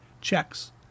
checks